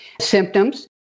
symptoms